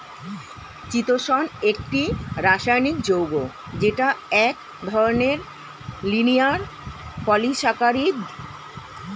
চিতোষণ একটি রাসায়নিক যৌগ যেটা এক ধরনের লিনিয়ার পলিসাকারীদ